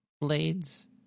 Blades